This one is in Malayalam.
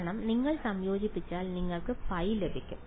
കാരണം നിങ്ങൾ സംയോജിപ്പിച്ചാൽ നിങ്ങൾക്ക് ഫൈ ലഭിക്കും